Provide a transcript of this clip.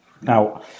Now